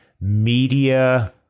media